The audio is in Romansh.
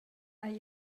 hai